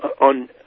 on